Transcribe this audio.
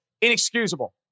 Inexcusable